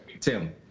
Tim